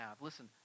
listen